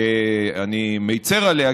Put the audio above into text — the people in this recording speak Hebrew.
שאני מצר עליה,